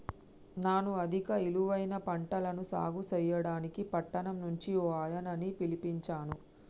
నాను అధిక ఇలువైన పంటలను సాగు సెయ్యడానికి పట్టణం నుంచి ఓ ఆయనని పిలిపించాను